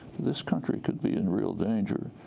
this country could be in real danger.